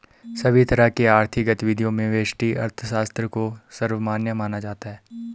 सभी तरह की आर्थिक गतिविधियों में व्यष्टि अर्थशास्त्र को सर्वमान्य माना जाता है